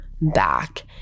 back